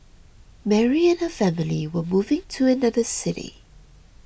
Mary and her family were moving to another city